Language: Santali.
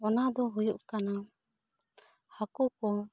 ᱚᱱᱟ ᱫᱚ ᱦᱩᱭᱩᱜ ᱠᱟᱱᱟ ᱦᱟᱹᱠᱩ ᱠᱚ